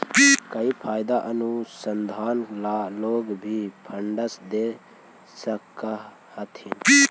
कई दफा अनुसंधान ला लोग भी फंडस दे सकअ हथीन